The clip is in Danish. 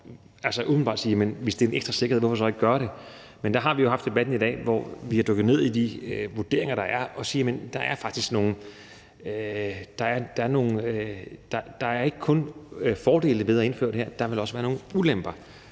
godt sige: Hvis det er en ekstra sikkerhed, hvorfor så ikke også gøre det? Men nu har vi jo haft debatten i dag, hvor vi har dykket ned i de vurderinger, der er, og man kan sige, at der ikke kun fordele er ved at indføre det her, der vil også være nogle ulemper,